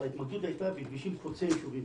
אבל ההתמקדות הייתה בכבישים חוצי יישובים.